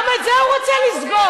גם את זה הוא רוצה לסגור.